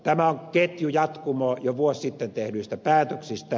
tämä on ketjujatkumo jo vuosi sitten tehdyistä päätöksistä